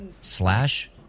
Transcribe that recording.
slash